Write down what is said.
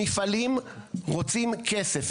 המפעלים רוצים כסף,